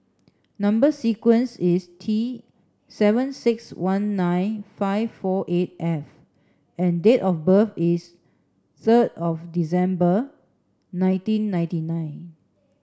number sequence is T seven six one nine five four eight F and date of birth is third of December nineteen ninety nine